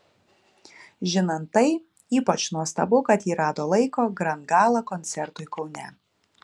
žinant tai ypač nuostabu kad ji rado laiko grand gala koncertui kaune